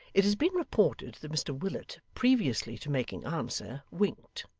it has been reported that mr willet, previously to making answer, winked.